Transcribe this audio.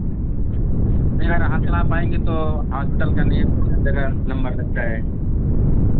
नहीं अगर आप आ पाएँगे तो हॉस्पिटल का नियम हर जगह नम्बर लगता है